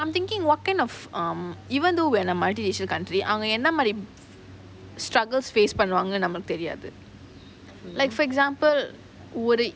I'm thinking what kind of um even though we are a multi-racial country அவங்க என்ன மாரி:avanga enna maari struggles faced பண்ணுவாங்கனு தெரியாது:pannuvaanganu teriyaathu like for example will the